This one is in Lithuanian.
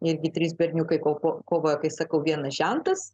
netgi trys berniukai kovoja kai sakau vienas žentas